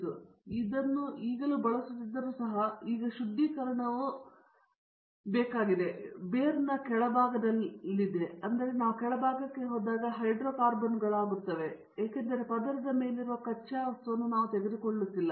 ನಾವು ಇದನ್ನು ಬಳಸುತ್ತಿದ್ದರೂ ಸಹ ಈಗ ಶುದ್ಧೀಕರಣವು ಬೇರ್ನ ಕೆಳಭಾಗದಲ್ಲಿದೆಯಾದರೂ ನಾವು ಕೆಳಭಾಗಕ್ಕೆ ಹೋದಾಗ ಹೈಡ್ರೋ ಕಾರ್ಬನ್ಗಳಾಗಿರುತ್ತವೆ ಏಕೆಂದರೆ ಪದರದ ಮೇಲಿರುವ ಕಚ್ಚಾವನ್ನು ನಾವು ತೆಗೆದುಕೊಳ್ಳುತ್ತಿಲ್ಲ